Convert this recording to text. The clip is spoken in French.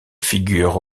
figure